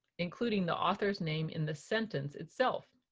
including the author's name in the sentence itself.